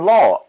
Law